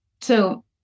So-